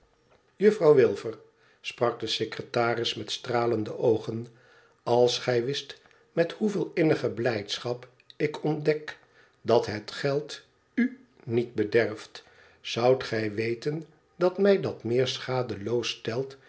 ijufouw wilfer sprak de secretaris met stralende oogén als gij wist met hoeveel innige blijdschap ik ontdek dat het geld u niet bederft zoudt gij weten dat mij dat meer